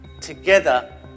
together